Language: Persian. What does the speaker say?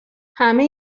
همه